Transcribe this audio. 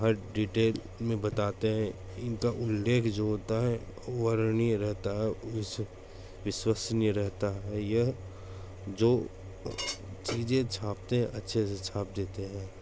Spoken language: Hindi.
हर डिटेल में बताते हैं इनका उल्लेख जो होता है वर्णीय रहता है विश्वसनीय रहता है यह जो चीज़ें छापते हैं अच्छे से छाप देते हैं